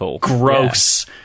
gross